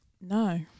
No